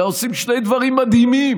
אלא עושים שני דברים מדהימים: